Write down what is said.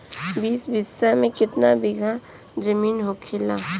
बीस बिस्सा में कितना बिघा जमीन होखेला?